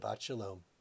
Shalom